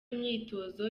imyitozo